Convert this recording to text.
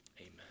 Amen